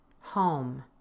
home